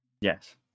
Yes